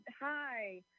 Hi